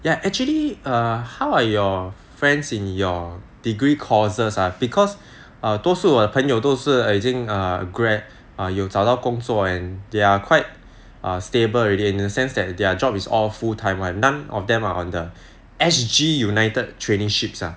ya actually err how are your friends in your degree courses ah because 多数我的朋友都是已经 err grab 有找到工作 and they are quite err stable already in the sense that their job is all full time [one] none of them are on the S_G united traineeship ah